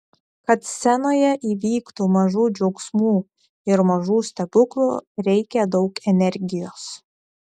kad scenoje įvyktų mažų džiaugsmų ir mažų stebuklų reikia daug energijos